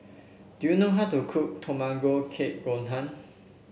do you know how to cook Tamago Kake Gohan